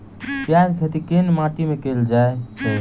प्याज केँ खेती केँ माटि मे कैल जाएँ छैय?